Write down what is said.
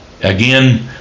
Again